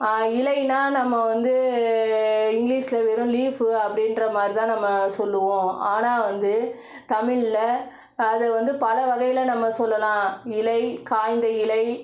இலைனால் நம்ம வந்து இங்கிலீஸில் வெறும் லீஃப்பு அப்படிங்ற மாதிரி தான் நம்ம சொல்லுவோம் ஆனால் வந்து தமிழ்ல அது வந்து பல வகையில் நம்ம சொல்லலாம் இலை காய்ந்த இலை